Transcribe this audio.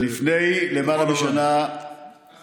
לפני למעלה משנה היועץ